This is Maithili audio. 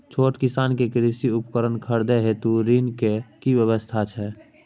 छोट किसान के कृषि उपकरण खरीदय हेतु ऋण के की व्यवस्था छै?